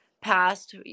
past